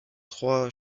trois